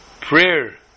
prayer